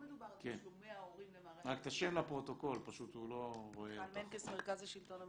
מיכל מנקס, מרכז השלטון המקומי.